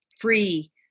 free